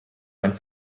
ein